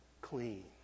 clean